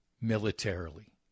militarily